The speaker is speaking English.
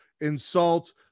insult